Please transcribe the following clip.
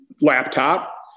laptop